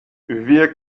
wir